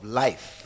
life